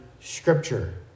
Scripture